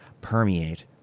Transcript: permeate